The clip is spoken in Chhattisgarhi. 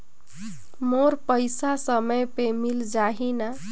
मोर पइसा समय पे मिल जाही न?